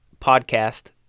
podcast